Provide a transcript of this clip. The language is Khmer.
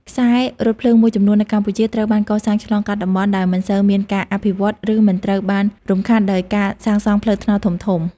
ខ្សែរថភ្លើងមួយចំនួននៅកម្ពុជា ត្រូវបានកសាងឆ្លងកាត់តំបន់ដែលមិនសូវមានការអភិវឌ្ឍ ឬមិនត្រូវបានរំខានដោយការសាងសង់ផ្លូវថ្នល់ធំៗ។